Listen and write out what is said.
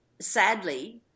sadly